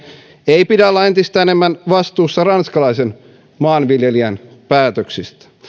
ei pidä olla entistä enemmän vastuussa ranskalaisen maanviljelijän päätöksistä